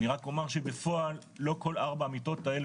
אני רק אומר שבפועל לא כל ארבע המיטות האלה